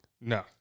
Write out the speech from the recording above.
No